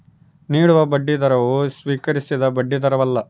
ನೀಡುವ ಬಡ್ಡಿದರವು ಸ್ವೀಕರಿಸಿದ ಬಡ್ಡಿದರವಲ್ಲ